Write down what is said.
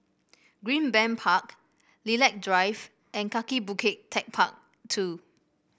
Greenbank Park Lilac Drive and Kaki Bukit TechparK Two